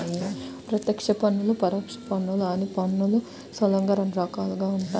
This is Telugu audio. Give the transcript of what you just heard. ప్రత్యక్ష పన్నులు, పరోక్ష పన్నులు అని పన్నులు స్థూలంగా రెండు రకాలుగా ఉంటాయి